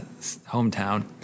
hometown